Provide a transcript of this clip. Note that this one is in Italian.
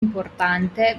importante